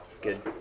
good